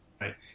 right